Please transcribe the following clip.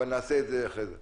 אבל נעשה את זה אחרי זה.